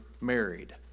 married